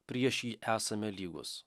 prieš jį esame lygūs